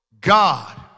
God